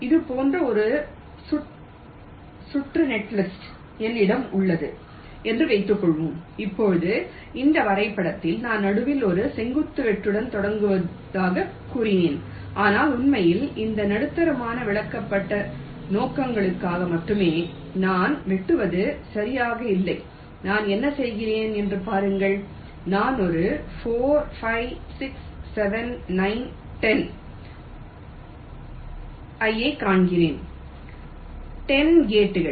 இது போன்ற ஒரு சுற்று நெட்லிஸ்ட் என்னிடம் உள்ளது என்று வைத்துக் கொள்வோம் இப்போது இந்த வரைபடத்தில் நான் நடுவில் ஒரு செங்குத்து வெட்டுடன் தொடங்குவதாகக் கூறினேன் ஆனால் உண்மையில் இந்த நடுத்தரமானது விளக்கப்பட நோக்கங்களுக்காக மட்டுமே நான் வெட்டுவது சரியாக இல்லை நான் என்ன செய்கிறேன் என்று பாருக்கள் நான் ஒரு 4 5 6 7 9 10 ஐக் காண்கிறேன் 10 கேட்கள்